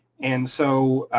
and so